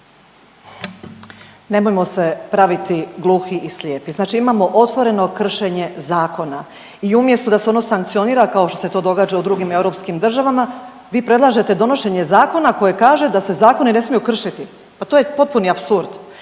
Nemojmo se praviti gluhi i slijepi. Znači imamo otvoreno kršenje zakona i umjesto da se ono sankcionira kao što se to događa u drugim europskim državama vi predlažete donošenje zakona koji kaže da se zakoni ne smiju kršiti. Pa to je potpuni apsurd.